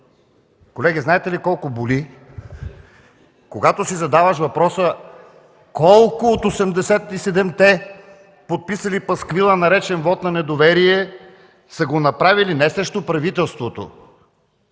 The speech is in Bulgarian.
Колеги, знаете ли колко боли, когато си задаваш въпроса: колко от 87-те подписали пасквила, наречен „вот на недоверие”, са го направили не срещу правителството,